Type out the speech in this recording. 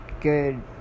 good